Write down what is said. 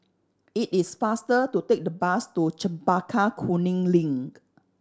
it is faster to take the bus to Chempaka Kuning Link